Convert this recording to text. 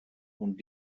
und